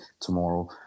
tomorrow